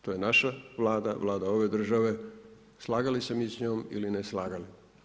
To je naša Vlada, Vlada ove države, slagali se mi s njom ili ne slagali.